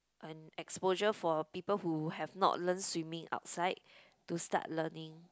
an exposure for people who have not learn swimming outside to start learning